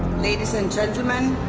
ladies and gentlemen,